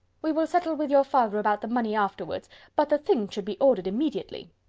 we will settle with your father about the money afterwards but the things should be ordered immediately.